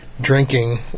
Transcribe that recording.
drinking